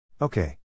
Okay